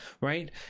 right